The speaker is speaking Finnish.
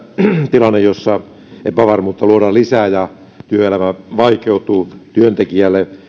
tilanne jossa epävarmuutta luodaan lisää ja työelämä vaikeutuu työntekijälle